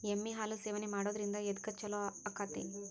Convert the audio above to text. ಎಮ್ಮಿ ಹಾಲು ಸೇವನೆ ಮಾಡೋದ್ರಿಂದ ಎದ್ಕ ಛಲೋ ಆಕ್ಕೆತಿ?